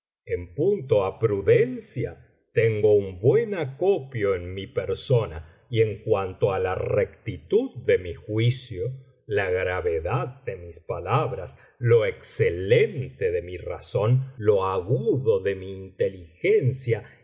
en punto á prudencia tengo un buen acopio en mi persona y en cuanto á la rectitud de mi juicio la gravedad de mis palabras lo excelente de mi razón lo agudo de mi inteligencia